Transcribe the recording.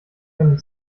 einen